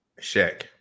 Shaq